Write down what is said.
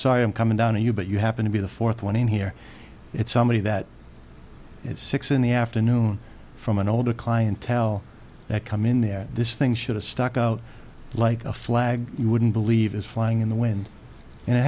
sorry i'm coming down to you but you happen to be the fourth one in here it's somebody that at six in the afternoon from an older clientele that come in there this thing should have stuck out like a flag you wouldn't believe is flying in the wind and it